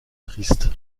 triste